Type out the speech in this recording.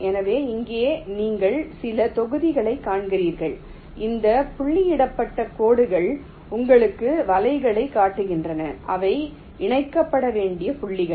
எனவே இங்கே நீங்கள் சில தொகுதிகளைக் காண்கிறீர்கள் இந்த புள்ளியிடப்பட்ட கோடுகள் உங்களுக்கு வலைகளைக் காட்டுகின்றன அவை இணைக்கப்பட வேண்டிய புள்ளிகள்